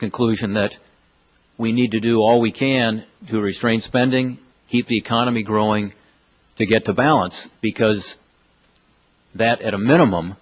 the conclusion that we need to do all we can to restrain spending keep the economy growing to get to balance because that at a minimum